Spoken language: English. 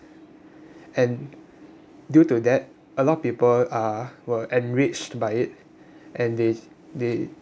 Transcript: and due to that a lot of people uh were enraged by it and they they